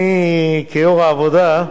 אני כיושב-ראש הוועדה,